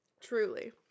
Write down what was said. Truly